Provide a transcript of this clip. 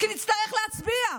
כי נצטרך להצביע.